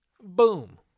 Boom